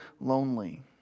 lonely